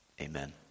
amen